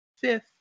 fifth